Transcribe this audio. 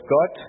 God